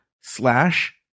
slash